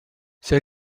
see